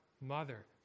mother